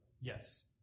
Yes